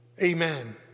Amen